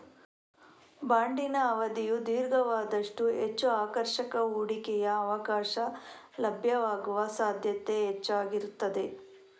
ಬಾಂಡಿನ ಅವಧಿಯು ದೀರ್ಘವಾದಷ್ಟೂ ಹೆಚ್ಚು ಆಕರ್ಷಕ ಹೂಡಿಕೆಯ ಅವಕಾಶ ಲಭ್ಯವಾಗುವ ಸಾಧ್ಯತೆ ಹೆಚ್ಚಾಗಿರುತ್ತದೆ